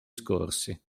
scorsi